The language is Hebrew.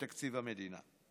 בתקציב המדינה.